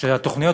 שהתוכניות,